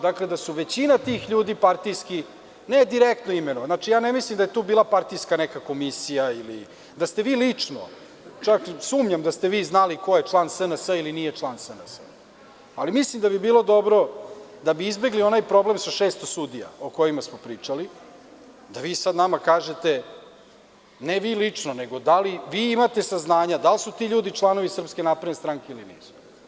Dakle, da su većina tih ljudi partijski, ne direktno imenom, ja ne mislim da je tu bila neka partijska komisija ili da ste vi lično, čak sumnjam da ste vi znali ko je član SNS ili nije član SNS, ali mislim da bi bilo dobro da bi izbegli onaj problem sa 600 sudija o kojima smo pričali, da vi sada nama kažete, ne vi lično, da li vi imate saznanja da li su ti ljudi članovi SNS ili nisu?